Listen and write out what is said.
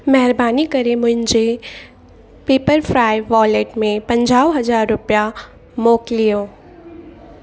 महिरबानी करे मुंहिंजे पेपरफ्राय वॉलेट में पंजाहु हज़ार रुपया मोकिलियो